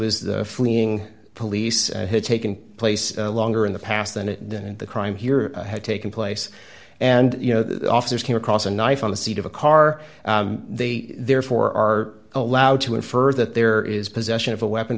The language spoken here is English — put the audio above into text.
the fleeing police had taken place longer in the past than it and the crime here had taken place and you know the officers came across a knife on the seat of a car they therefore are allowed to infer that there is possession of a weapon